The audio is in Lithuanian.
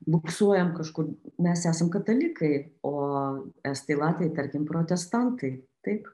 buksuojam kažkur mes esam katalikai o estai latviai tarkim protestantai taip